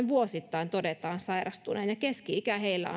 vuosittain todetaan sairastuneen ja keski ikä heillä